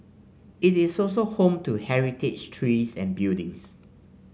it is also home to heritage trees and buildings